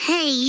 Hey